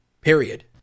period